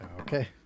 Okay